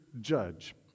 judge